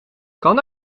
kan